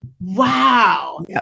Wow